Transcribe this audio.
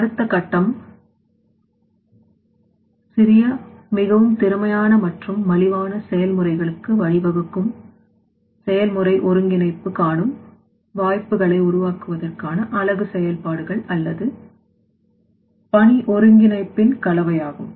அடுத்த கட்டம் சிறிய மிகவும் திறமையான மற்றும் மலிவான செயல் முறைகளுக்கு வழிவகுக்கும் செயல்முறை ஒருங்கிணைப்பு காணும் வாய்ப்புகளை உருவாக்குவதற்கான அலகு செயல்பாடுகள் அல்லது பணி ஒருங்கிணைப்பின் கலவையாகும்